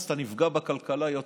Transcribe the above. אז אתה נפגע בכלכלה יותר.